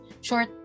short